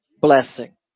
blessing